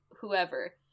whoever